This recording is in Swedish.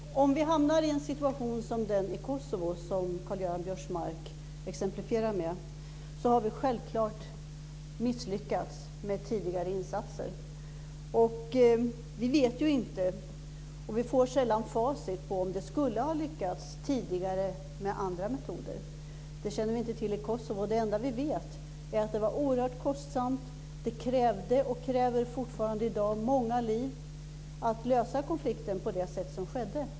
Herr talman! Om vi hamnar i en situation som den i Kosovo, som Karl-Göran Biörsmark exemplifierar med, har vi självklart misslyckats med tidigare insatser. Vi vet ju inte, och vi får sällan facit, om det skulle ha lyckats tidigare med andra metoder. Det känner vi inte till i Kosovo. Det enda vi vet är att det var oerhört kostsamt, att det krävde och fortfarande kräver många liv att lösa konflikten på det sätt som skedde.